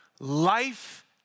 Life